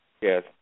Yes